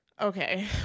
Okay